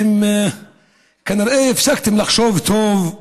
אתם כנראה הפסקתם לחשוב טוב.